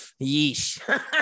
yeesh